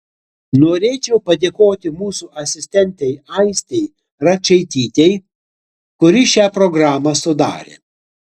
norėčiau padėkoti mūsų asistentei aistei račaitytei kuri šią programą sudarė